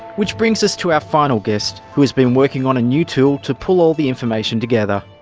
which brings us to our final guest who has been working on a new tool to pull all the information together.